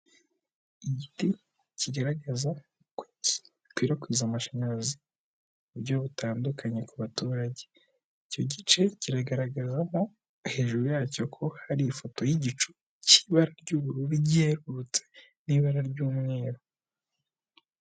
Igiti kigaragaza gikwirakwiza amashanyarazi mu buryo butandukanye ku baturage. Icyo gice kiragaragazamo hejuru yacyo ko hari ifoto y'igicu cy'ibara ry'ubururu giherutse n'ibara ry'umweru.